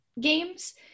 games